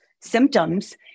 symptoms